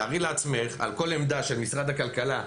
תארי לעצמך - על כל עמדה של משרד הכלכלה,